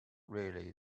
really